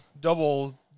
double